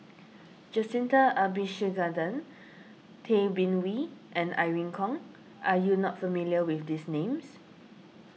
Jacintha Abisheganaden Tay Bin Wee and Irene Khong are you not familiar with these names